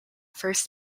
first